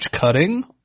cutting